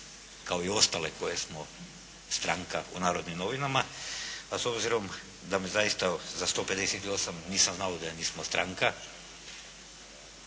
kao i ostale koje smo stranka u "Narodnim novinama". A s obzirom da zaista za 158. nisam znao da nismo stranka,